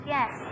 Yes